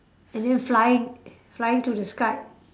and then flying flying to the sky